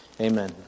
Amen